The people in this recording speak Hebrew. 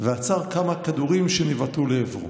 ועצר כמה כדורים שנבעטו לעברו.